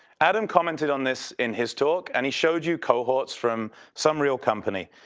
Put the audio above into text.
adam commented on this in his talk, and he showed you cohorts from some real company.